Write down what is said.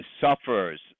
suffers